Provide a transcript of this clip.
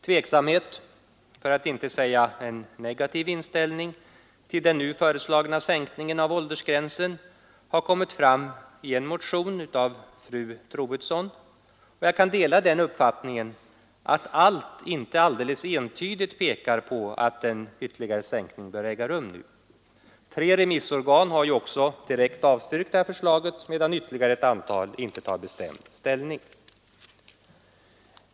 Tveksamhet, för att inte säga en negativ inställning, till den nu föreslagna sänkningen av åldersgränsen har kommit fram i en motion av fru Troedsson, och jag kan dela uppfattningen att allt inte alldeles entydigt pekar på att en ytterligare sänkning bör äga rum nu. Tre remissorgan har också direkt avstyrkt förslaget, medan ytterligare ett antal inte tar bestämd ställning. En övervägande del har dock tillstyrkt förslaget.